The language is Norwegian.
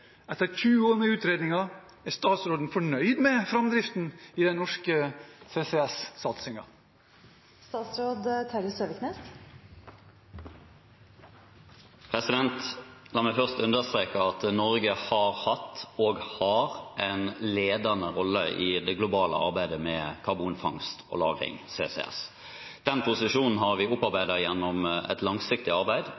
Etter 20 år med utredninger – er statsråden fornøyd med framdriften i den norske CCS-satsingen? La meg først understreke at Norge har hatt og har en ledende rolle i det globale arbeidet med karbonfangst og -lagring, CCS. Den posisjonen har vi